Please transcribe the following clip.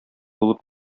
булып